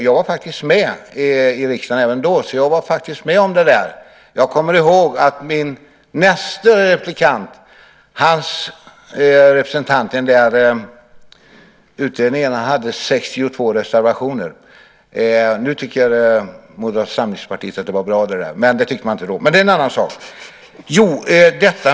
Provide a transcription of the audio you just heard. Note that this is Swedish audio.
Jag var faktiskt med i riksdagen även då och kommer ihåg att näste talares partis representant i utredningen hade 62 reservationer. Nu tycker Moderata samlingspartiet att det var bra, men det tyckte man inte då. Men det är en annan sak.